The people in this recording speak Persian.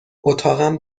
اتاقم